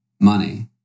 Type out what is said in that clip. money